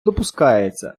допускається